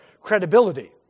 credibility